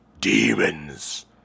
Demons